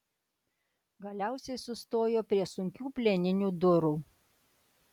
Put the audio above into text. galiausiai sustojo prie sunkių plieninių durų